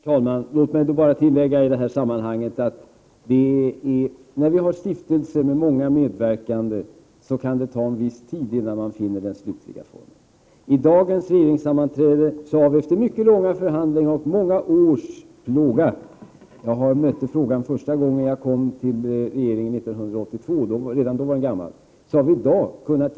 Herr talman! Låt mig bara tillägga att det kan ta en viss tid, innan man finner den slutliga formen, när man har stiftelser med många medverkande. Vid dagens regeringssammanträde har vi efter mycket långa förhandlingar och många års plåga kunnat ge mig ett bemyndigande att teckna avtal med företrädare för industrin beträffande verksamheten vid Tekniska museet.